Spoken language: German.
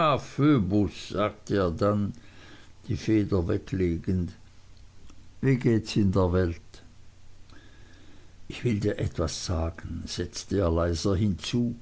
sagte er dann die feder weglegend wie gehts in der welt ich will dir was sagen setzte er leiser hinzu